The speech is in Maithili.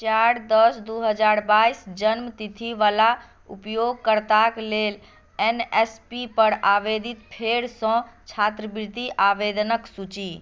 चारि दश दू हजार बाइस जन्म तिथि बला उपयोगकर्ताक लेल एन एस पी पर आवेदित फेरसँ छात्रवृति आवेदनक सूची